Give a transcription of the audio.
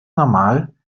normal